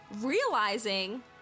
realizing